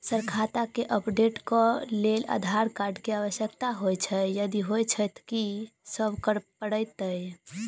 Sir खाता केँ update करऽ लेल आधार कार्ड केँ आवश्यकता होइ छैय यदि होइ छैथ की सब करैपरतैय?